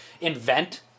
invent